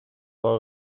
wou